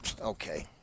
Okay